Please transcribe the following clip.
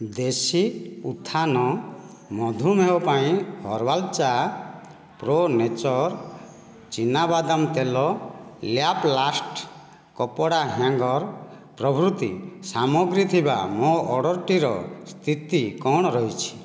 ଦେଶୀ ଉତ୍ଥାନ ମଧୁମେହ ପାଇଁ ହର୍ବାଲ୍ ଚା ପ୍ରୋ ନେଚର୍ ଚିନା ବାଦାମ ତେଲ ଲ୍ୟାପ୍ଲାଷ୍ଟ୍ କପଡା ହ୍ୟାଙ୍ଗର୍ ପ୍ରଭୃତି ସାମଗ୍ରୀ ଥିବା ମୋ ଅର୍ଡ଼ର୍ଟିର ସ୍ଥିତି କ'ଣ ରହିଛି